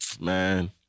man